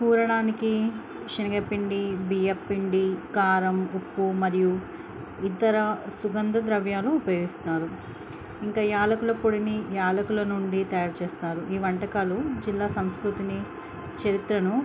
కూరడానికి శనగపిండి బియ్యపు పిండి కారం ఉప్పు మరియు ఇతర సుగంధ ద్రవ్యాలు ఉపయోగిస్తారు ఇంకా యాలకుల పొడిని యాలకుల నుండి తయారు చేస్తారు ఈ వంటకాలు జిల్లా సంస్కృతిని చరిత్రను